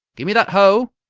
gimme that hoe!